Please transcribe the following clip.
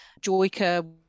Joyka